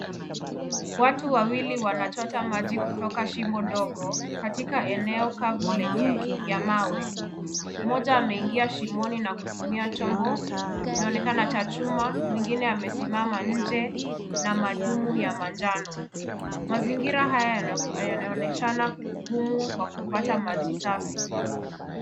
Watu wawili wanachota maji kutoka shimo ndogo, katika eneo kavu lenye ya mawe. Mmoja ameingia shimoni na kutumia chombo inaonekana cha chuma, mwingine amesimama nje na madumu ya manjano. Mazingira haya yanaonyeshana ugumu wa kupata maji safi.